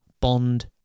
Bond